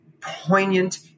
poignant